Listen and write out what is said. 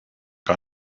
gar